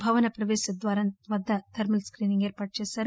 భవన ప్రపేశ ద్వారం వద్ద థర్మల్ స్కీనింగ్ ఏర్పాటు చేశారు